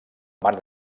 mare